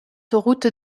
route